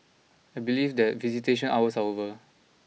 I believe that visitation hours are over